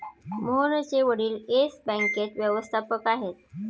मोहनचे वडील येस बँकेत व्यवस्थापक आहेत